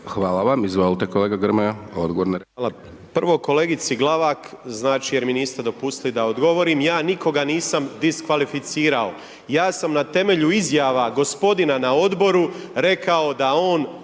Hvala vam, izvolite kolega Grmoja,